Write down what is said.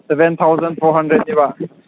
seven thousand four ꯍꯟꯗ꯭ꯔꯦꯗꯅꯦꯕ